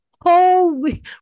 holy